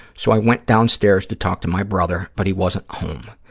so i went downstairs to talk to my brother but he wasn't home.